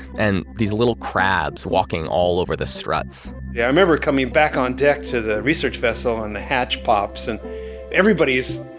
and these little crabs walking all over the struts yeah, i remember coming back on deck to the research vessel, on the hatch pops and everybody's,